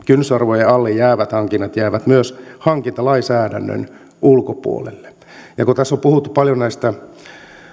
kynnysarvojen alle jäävät hankinnat jäävät myös hankintalainsäädännön ulkopuolelle kun tässä on puhuttu paljon